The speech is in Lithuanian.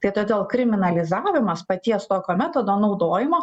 tai todėl kriminalizavimas paties tokio metodo naudojimo